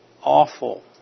awful